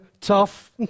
tough